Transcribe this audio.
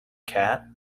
cat